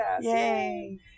Yay